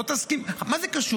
לא תסכים, מה זה קשור?